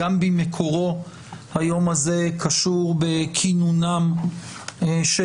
גם במקורו היום הזה קשור בכינונם של